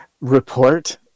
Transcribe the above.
report